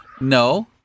no